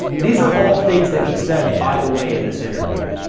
these are all things that he said, by the way in this interview.